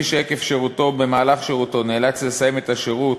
מי שעקב שירותו או במהלך שירותו נאלץ לסיים את השירות,